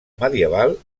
medieval